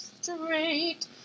straight